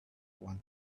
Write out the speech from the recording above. one